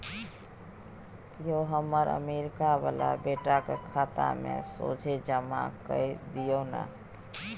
यौ हमर अमरीका बला बेटाक खाता मे सोझे जमा कए दियौ न